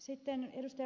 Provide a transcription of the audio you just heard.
sitten ed